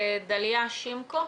דליה שימקו.